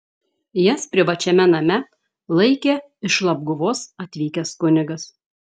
jas privačiame name laikė iš labguvos atvykęs kunigas